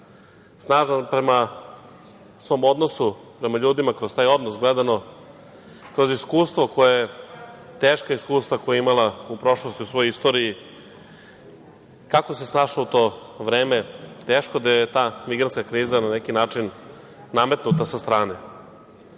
snažna prema svom odnosu prema ljudima, kroz taj odnos gledano, kroz teška iskustva koja je imala u prošlosti u svojoj istoriji, kako se snašla u to vreme. Teško da joj je ta migrantska kriza na neki način nametnuta sa strane. Prema